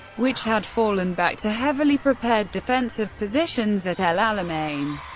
which had fallen back to heavily prepared defensive positions at el alamein.